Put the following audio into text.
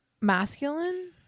masculine